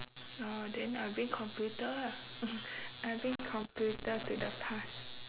oh then I bring computer ah I bring computer to the past